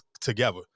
together